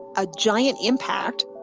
a giant impact,